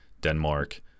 Denmark